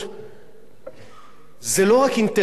זה לא רק אינטרס של אנשים שעובדים שם,